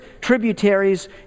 tributaries